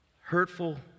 Hurtful